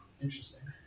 Interesting